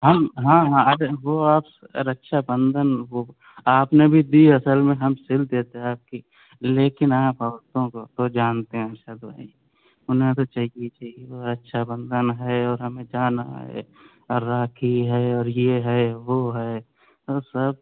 ہم ہاں ہاں ارے وہ آپ رکشا بندھن وہ آپ نے بھی دی اصل میں ہم سل دیتے آپ کی لیکن آپ عورتوں کو تو جانتے ہیں ارشد بھائی انہیں تو چاہیے ہی چاہیے رکشا بندھن ہے اور ہمیں جانا ہے راکھی ہے اور یہ ہے وہ ہے وہ سب